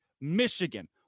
Michigan